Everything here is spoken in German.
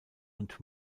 und